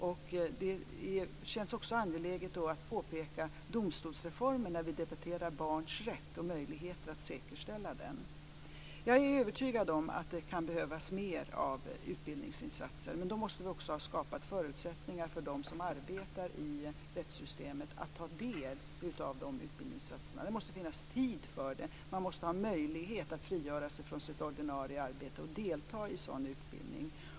Då känns det också angeläget peka på domstolsreformen när vi debatterar barns rätt och möjligheten att säkerställa det här. Jag är övertygad om att det kan behövas mer av utbildningsinsatser. Men då måste vi också ha skapat förutsättningar för dem som arbetar i rättssystemet att ta del av dessa. Det måste finnas tid för det. Man måste ha möjlighet att frigöra sig från sitt ordinarie arbete och delta i sådan utbildning.